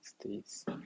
States